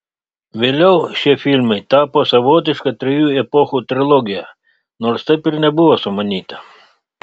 vėliau šie filmai tapo savotiška trijų epochų trilogija nors taip ir nebuvo sumanyta